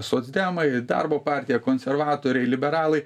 socdemai darbo partija konservatoriai liberalai